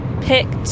picked